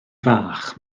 fach